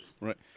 Right